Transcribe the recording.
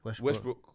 Westbrook